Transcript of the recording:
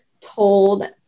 told